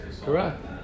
Correct